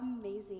amazing